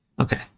Okay